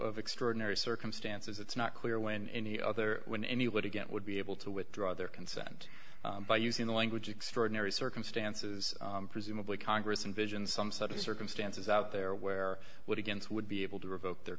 of extraordinary circumstances it's not clear when any other when anybody get would be able to withdraw their consent by using language extraordinary circumstances presumably congress in vision some set of circumstances out there where what against would be able to revoke their